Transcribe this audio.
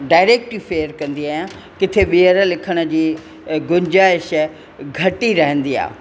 direct ई फेयर कंदी आहियां किथे ॿीहर लिखण जी गुंजाइश घटि ई रहंदी आहे